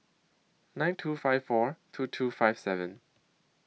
nine two five four two two five seven